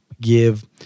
give